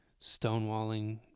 stonewalling